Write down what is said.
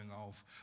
off